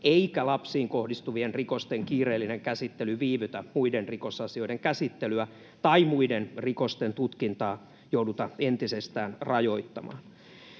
eikä lapsiin kohdistuvien rikosten kiireellinen käsittely viivytä muiden rikosasioiden käsittelyä tai muiden rikosten tutkintaa jouduta entisestään rajoittamaan.